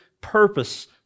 purpose